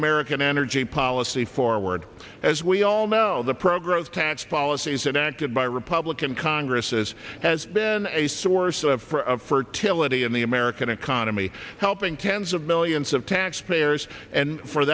american energy policy forward as we all know the programs tax policies and acted by republican congresses has been a source of fertility in the american economy helping tens of millions of taxpayers and for